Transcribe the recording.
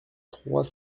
trois